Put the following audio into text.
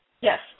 yes